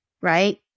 right